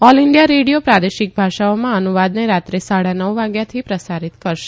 all India Radio પ્રાદેશિક ભાષાઓમાં અનુવાદને રાત્રે સાડા નવ વાગ્યાથી પ્રસારિત કરશે